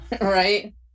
Right